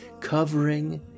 Covering